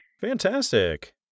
Fantastic